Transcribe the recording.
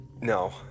No